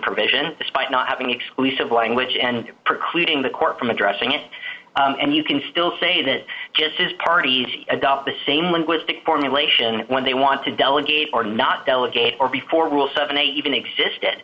provision despite not having exclusive language and precluding the court from addressing it and you can still say that just as parties adopt the same linguistic formulation when they want to delegate or not delegate or before rule seven a even existed